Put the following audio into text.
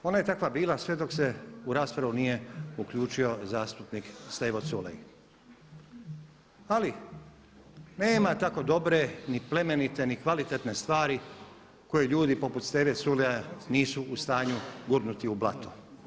Ona je takva bila sve dok se u raspravu nije uključio zastupnik Stevo Culej ali nema tako dobre ni plemenite, ni kvalitetne stvari koju ljudi poput Steve Culeja nisu u stanju gurnuti u blato.